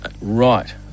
Right